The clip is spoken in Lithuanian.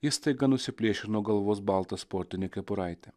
jis staiga nusiplėšė nuo galvos baltą sportinę kepuraitę